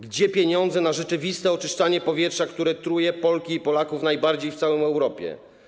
Gdzie pieniądze na rzeczywiste oczyszczanie powietrza, które truje Polki i Polaków, najbardziej w całej Europie?